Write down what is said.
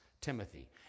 Timothy